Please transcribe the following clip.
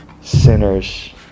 sinners